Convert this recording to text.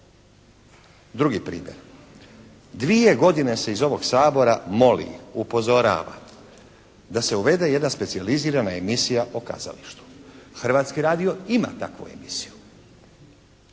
Drugi primjer. Dvije godine se iz ovog Sabora moli, upozorava da se uvede jedna specijalizirana emisija o kazalištu. Hrvatski radio ima takvu emisiju,